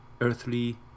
Earthly